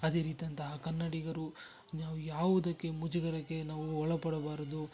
ಅದೇ ರೀತಿಯಂತಹ ಕನ್ನಡಿಗರು ನಾವು ಯಾವುದಕ್ಕೆ ಮುಜುಗರಕ್ಕೆ ನಾವು ಒಳಪಡಬಾರದು